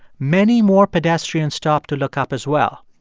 many more pedestrians stopped to look up as well,